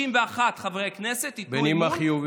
61 חברי כנסת ייתנו אמון,